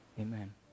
Amen